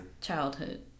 childhood